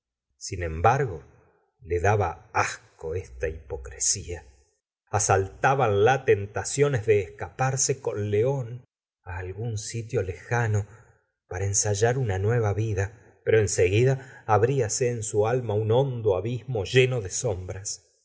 sin embargo le daba asco esta hipocresía asaltábanla tentado nes de escaparse con león algún sitio lejano para ensayar una nueva vida pero en seguida abrlase en su alma un hondo abismo lleno de sombras